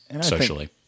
socially